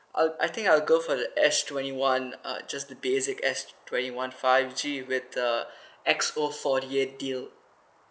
I~ I think I'll go for the s twenty one uh just the basic S twenty one five G with the X_O forty eight deal